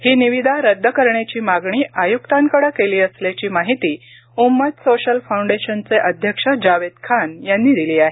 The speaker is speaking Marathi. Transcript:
ही निविदा रद्द करण्याची मागणी आय्क्तांकडे केली असल्याची माहिती उम्मत सोशल फाऊंडेशनचे अध्यक्ष जावेद खान यांनी दिली आहे